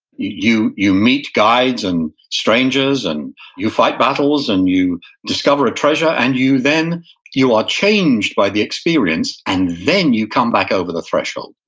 you you meet guides and strangers, and you fight battles and you discover a treasure, and then you are changed by the experience, and then you come back over the threshold,